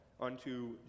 unto